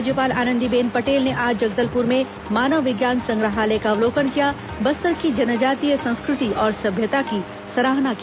राज्यपाल आनंदीबेन पटेल ने आज जगदलपुर में मानव विज्ञान संग्रहालय का अवलोकन किया बस्तर की जनजातीय संस्कृति और सभ्यता की सराहना की